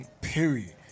Period